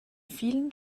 vielen